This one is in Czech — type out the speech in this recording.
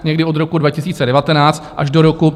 Někdy od roku 2019 až do roku 2022.